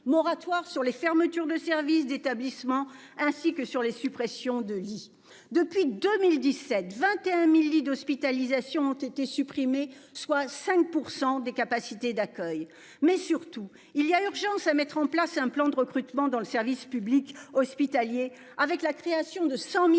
sur les fermetures de services d'établissement ainsi que sur les suppressions de lits depuis 2017 21.000 lits d'hospitalisation ont été supprimés, soit 5% des capacités d'accueil, mais surtout il y a urgence à mettre en place un plan de recrutement dans le service public hospitalier avec la création de 100.000